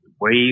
wave